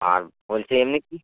আর বলছি এমনি কি